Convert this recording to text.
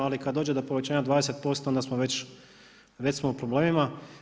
Ali kad dođe do povećanja od 20% onda smo već, već smo u problemima.